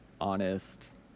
honest